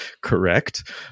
Correct